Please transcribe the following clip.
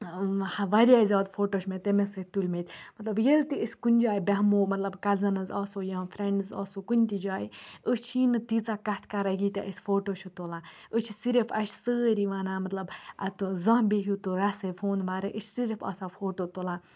واریاہ زیادٕ فوٹو چھِ مےٚ تٔمِس سۭتۍ تُلۍ مٕتۍ مطلب ییٚلہِ تہِ أسۍ کُنہِ جاے بیٚہمو مطلب کَزٕنٕز آسو یا فرٛٮ۪نٛڈٕز آسو کُنہِ تہِ جاے أسۍ چھی نہٕ تیٖژاہ کَتھٕ کَران ییٖتیٛاہ أسۍ فوٹو چھِ تُلان أسۍ چھِ صرف اَسہِ چھِ سٲری وَنان مطلب اَتو زانٛہہ بیٖہِو تُہۍ رَسَے فونہٕ وَرٲے أسۍ چھِ صرف آسان فوٹو تُلان